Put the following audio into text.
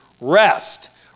rest